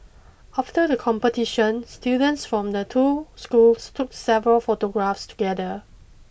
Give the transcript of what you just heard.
after the competition students from the two schools took several photographs together